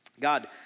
God